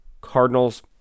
Cardinals